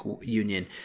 Union